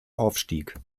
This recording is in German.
aufstieg